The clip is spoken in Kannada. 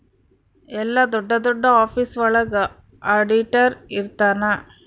ಎಲ್ಲ ದೊಡ್ಡ ದೊಡ್ಡ ಆಫೀಸ್ ಒಳಗ ಆಡಿಟರ್ ಇರ್ತನ